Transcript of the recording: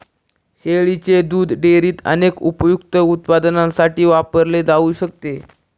शेळीच्या दुध डेअरीत अनेक उपयुक्त उत्पादनांसाठी वापरले जाऊ शकते